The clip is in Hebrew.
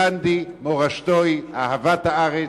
גנדי, מורשתו היא אהבת הארץ,